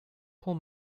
pull